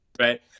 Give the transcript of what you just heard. right